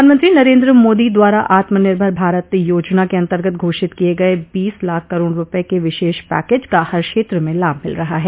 प्रधानमंत्री नरेन्द्र मोदी द्वारा आत्मनिर्भर भारत योजना के अन्तर्गत घोषित किये गये बीस लाख करोड़ रूपये के विशेष पैकेज का हर क्षेत्र में लाभ मिल रहा है